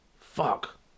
Fuck